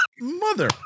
Mother